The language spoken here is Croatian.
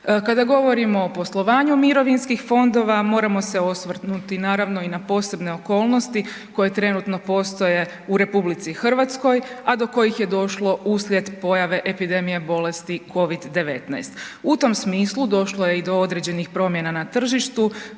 Kada govorimo o poslovanju mirovinskih fondova moramo se osvrnuti naravno i na posebne okolnosti koje trenutno postoje u RH, a do kojih je došlo uslijed pojave epidemije bolesti COVID-19. U tom smislu došlo je i do određenih promjena na tržištu